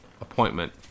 appointment